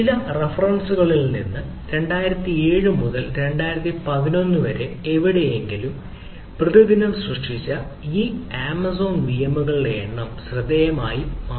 ചില റഫറൻസുകളിൽ എണ്ണം ശ്രദ്ധേയമായി മാറിയിരിക്കുന്നു